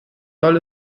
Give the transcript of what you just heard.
soll